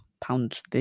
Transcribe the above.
pounds